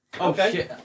Okay